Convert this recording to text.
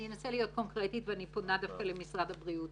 אני אנסה להיות קונקרטית ואני פונה דווקא למשרד הבריאות.